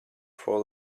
for